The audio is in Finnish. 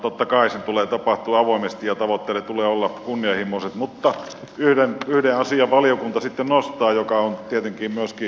totta kai sen tulee tapahtua avoimesti ja tavoitteiden tulee olla kunnianhimoiset mutta valiokunta nostaa yhden asian joka on tietenkin myöskin oma kantani